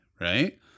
Right